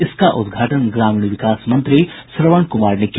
इसका उद्घाटन ग्रामीण विकास मंत्री श्रवण कुमार ने किया